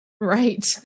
right